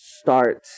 start